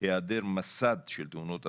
היעדר מסד של תאונות עבודה,